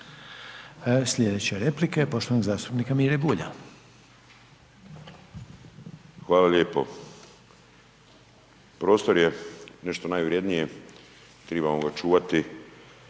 Sljedeća replika je poštovanog zastupnika Mire Bulja. **Bulj, Miro (MOST)** Hvala lijepo. Prostor je nešto najvrjednije, trebamo ga čuvati,